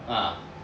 ah